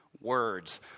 words